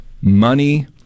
money